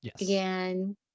Again